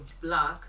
black